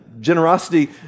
generosity